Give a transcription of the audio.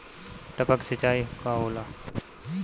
टपक सिंचाई का होला?